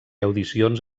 audicions